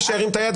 מי שירים את היד,